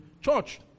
church